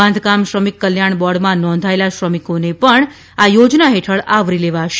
બાંધકામ શ્રમિક કલ્યાણ બોર્ડમાં નોંધાયેલા શ્રમિકોને પણ આ યોજના હેઠળ આવરી લેવાશે